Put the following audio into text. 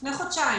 לפני חודשיים,